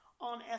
on